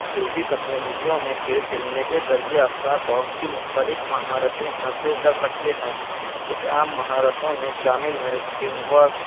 دیہی کمیونٹیوں میں کھیل کھیلنے کے ذریعے افراد بہت سی مختلف مہارتیں حاصل کر سکتے ہیں کچھ اہم مہارتوں میں شامل ہے ٹیم ورک